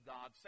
God